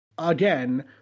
again